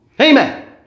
Amen